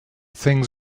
things